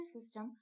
System